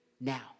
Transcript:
now